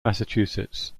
massachusetts